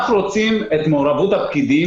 אנחנו רוצים את מעורבות הפקידים,